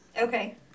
Okay